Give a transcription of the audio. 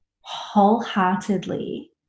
wholeheartedly